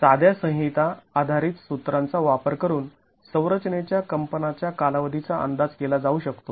साध्या संहिता आधारित सूत्रांचा वापर करून संरचनेच्या कंपना च्या कालावधीचा अंदाज केला जाऊ शकतो